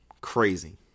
Crazy